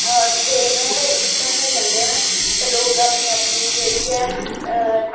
देवें दे इश्टें दे जंदे न ते लोक अपनी अपनी जेह्ड़ी ऐ